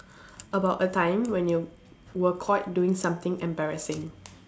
about a time when you were caught doing something embarrassing